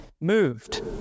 moved